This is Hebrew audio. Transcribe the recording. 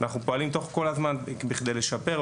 אנחנו פועלים כל הזמן כדי לשפר,